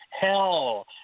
hell